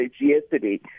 yesterday